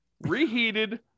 reheated